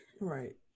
right